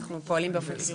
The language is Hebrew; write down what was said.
אנחנו פועלים באופן כירורגי.